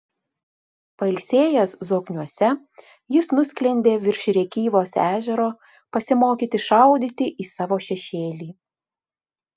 pailsėjęs zokniuose jis nusklendė virš rėkyvos ežero pasimokyti šaudyti į savo šešėlį